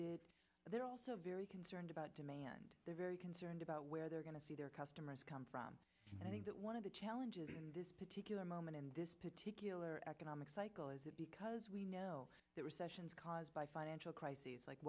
did they're also very concerned about demand they're very concerned about where they're going to see their customers come from and i think that one of the challenges in this particular moment in this particular economic cycle is it because we know that recessions caused by financial crises like